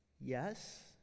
Yes